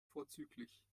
vorzüglich